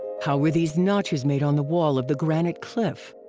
how were these notches made on the wall of the granite cliff?